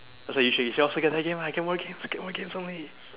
that's you should you should also get that game I get more games get more games only